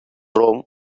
rome